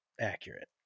accurate